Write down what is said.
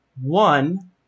one